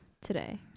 today